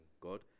God